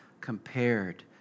compared